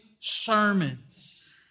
sermons